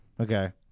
Okay